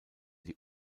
die